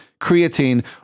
creatine